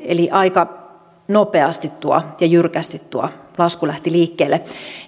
eli aika nopeasti ja jyrkästi tuo lasku lähti liikkeelle